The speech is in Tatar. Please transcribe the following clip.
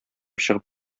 чыгып